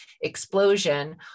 explosion